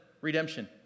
redemption